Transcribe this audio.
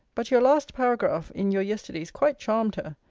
but your last paragraph, in your yesterday's quite charmed her.